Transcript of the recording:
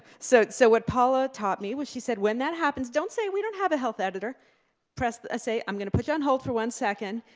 so so what paula taught me, was she said when that happens, don't say we don't have a health editor press the say i'm going to put you on hold for one second,